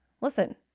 Listen